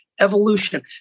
evolution